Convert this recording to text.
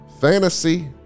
fantasy